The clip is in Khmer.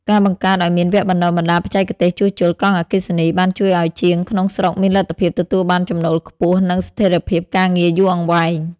ការបង្កើតឱ្យមានវគ្គបណ្តុះបណ្តាលបច្ចេកទេសជួសជុលកង់អគ្គិសនី បានជួយឱ្យជាងក្នុងស្រុកមានលទ្ធភាពទទួលបានចំណូលខ្ពស់ និងស្ថិរភាពការងារយូរអង្វែង។